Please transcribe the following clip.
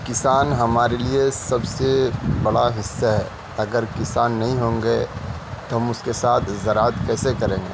کسان ہمارے لیے سب سے بڑا حصہ ہے اگر کسان نہیں ہوں گے تو ہم اس کے ساتھ زراعت کیسے کریں گے